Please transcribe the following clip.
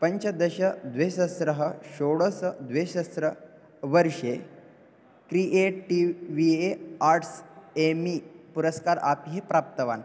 पञ्चदश द्विसहस्रः षोडश द्विसहस्रवर्षे क्रीएटीवी ए आर्ट्स् एमि पुरस्कारम् अपि प्राप्तवान्